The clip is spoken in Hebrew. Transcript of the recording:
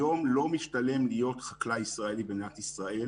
היום לא משתלם להיות חקלאי ישראלי במדינת ישראל.